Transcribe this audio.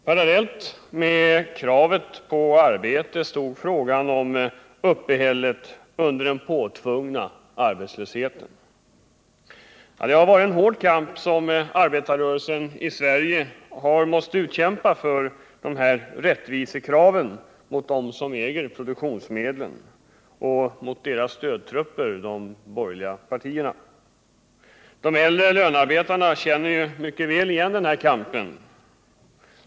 Parallellt med kravet på arbete stod frågan om uppehället under den påtvungna arbetslösheten. Ja, det har varit en hård kamp som arbetarrörelsen i Sverige har måst utkämpa för de här rättvisekraven gentemot dem som äger produktionsmedlen och mot deras stödtrupper, de borgerliga partierna. De äldre lönearbetarna känner mycket väl igen den här kampen.